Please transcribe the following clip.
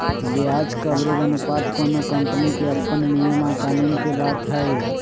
ब्याज कवरेज अनुपात कोनो कंपनी के अप्पन नियम आ कानून के बात हई